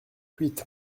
huit